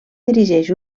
dirigeix